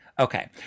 Okay